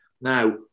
Now